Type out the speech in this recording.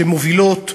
שמובילות,